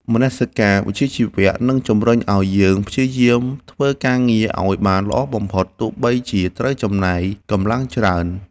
មនសិការវិជ្ជាជីវៈនឹងជម្រុញឱ្យយើងព្យាយាមធ្វើការងារឱ្យបានល្អបំផុតទោះបីជាត្រូវចំណាយកម្លាំងច្រើន។